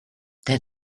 der